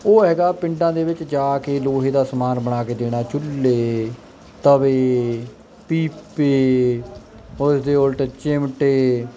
ਉਹ ਹੈਗਾ ਪਿੰਡਾਂ ਦੇ ਵਿੱਚ ਜਾ ਕੇ ਲੋਹੇ ਦਾ ਸਮਾਨ ਬਣਾ ਕੇ ਦੇਣਾ ਚੁੱਲ੍ਹੇ ਤਵੇ ਪੀਪੇ ਉਹਦੇ ਤੋਂ ਉਲਟ ਚਿਮਟੇ